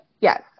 Yes